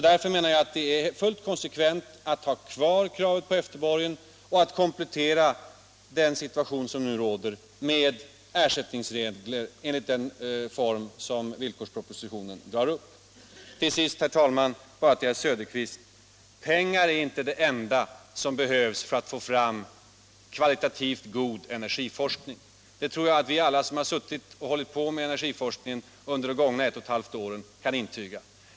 Därför menar jag att det är fullt konsekvent att ha kvar kravet på efterborgen och att i den situation som nu råder komplettera med ersättningsregler i den form som villkors 67 Till sist, herr talman, bara några ord till herr Söderqvist: Pengar är inte det enda som behövs för att få fram kvalitativt god energiforskning — det tror jag att alla vi som arbetat med frågor om energiforskning under de gångna ett och ett halvt åren kan intyga.